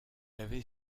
avait